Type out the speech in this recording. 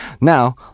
Now